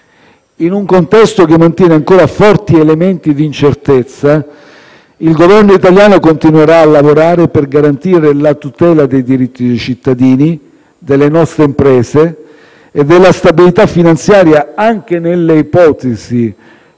In un contesto che mantiene ancora forti elementi di incertezza, il Governo italiano continuerà a lavorare per garantire la tutela dei diritti dei cittadini, delle nostre imprese e della stabilità finanziaria, anche nell'ipotesi,